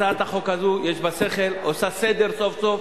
הצעת החוק הזו יש בה שכל, היא עושה סדר סוף-סוף,